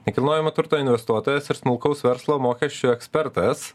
nekilnojamo turto investuotojas ir smulkaus verslo mokesčių ekspertas